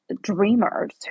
dreamers